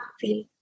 feel